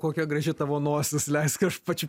kokia graži tavo nosis leisk aš pačiu